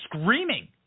screaming